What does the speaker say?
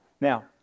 Now